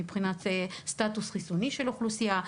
מבחינת הסטטוס החיסוני של האוכלוסייה,